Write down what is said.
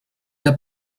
der